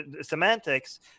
semantics